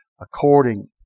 according